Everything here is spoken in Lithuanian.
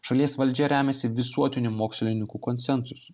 šalies valdžia remiasi visuotiniu mokslininkų konsensusu